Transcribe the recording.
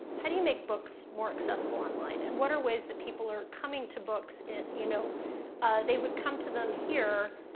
how do you make books more accessible online, and what are ways that people are coming to books? you know they would come to them here,